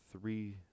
three